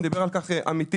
דיבר על כך עמיתי,